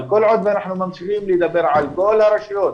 אבל כל עוד אנחנו ממשיכים לדבר על כל הרשויות,